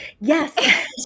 Yes